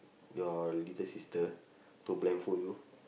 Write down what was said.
your little sister to blindfold you